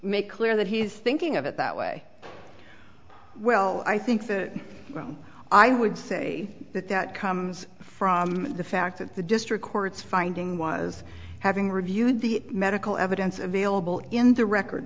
make clear that he is thinking of it that way well i think the room i would say that that comes from the fact that the district court's finding was having reviewed the medical evidence available in the record